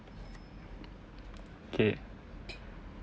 okay